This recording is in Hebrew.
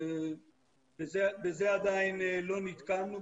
בזה עדיין לא נתקלנו,